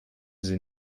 sie